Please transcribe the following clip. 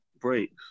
breaks